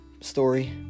story